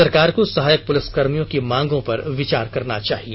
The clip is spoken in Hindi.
सरकार को सहायक ेपुलिसकर्मियों की मांगों पर विचार करना चाहिए